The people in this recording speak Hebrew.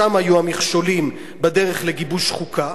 שם היו המכשולים בדרך לגיבוש חוקה.